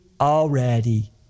already